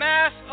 Mass